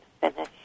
finish